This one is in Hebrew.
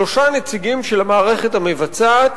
שלושה נציגים של המערכת המבצעת